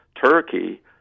Turkey